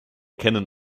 kennen